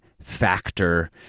factor